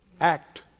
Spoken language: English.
Act